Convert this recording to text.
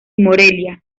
morelia